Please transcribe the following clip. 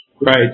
Right